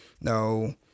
no